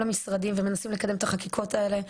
המשרדים ומנסים לקדם את החקיקות האלה.